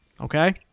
Okay